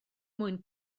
mwyn